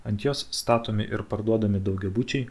ant jos statomi ir parduodami daugiabučiai